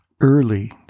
early